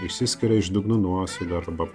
išsiskiria iš dugno nuosėdų arba